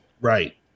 right